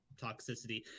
toxicity